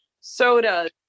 soda